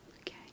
Okay